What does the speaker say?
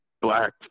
black